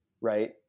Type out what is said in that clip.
right